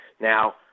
now